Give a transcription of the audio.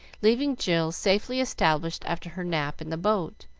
leaving jill safely established after her nap in the boat,